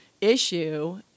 issue